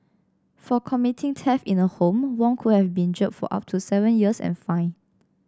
for committing theft in a home Wong could have been jailed for up to seven years and fined